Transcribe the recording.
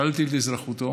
ושללתי את אזרחותו.